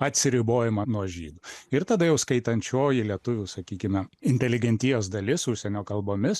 atsiribojimą nuo žydų ir tada jau skaitančioji lietuvių sakykime inteligentijos dalis užsienio kalbomis